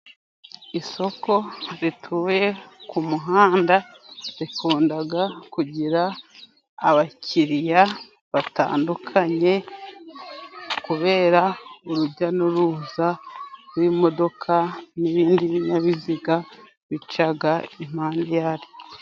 Isoko rituwe ku muhanda rikundaga kugira abakiriya batandukanye kubera urujya n'uruza rw'imodoka n'ibindi binyabiziga bicaga impande yaryo.